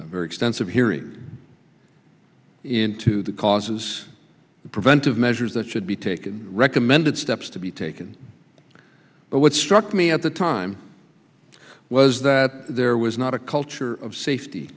held very extensive hearings into the causes of preventive measures that should be taken recommended steps to be taken but what struck me at the time was that there was not a culture of safety